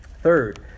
Third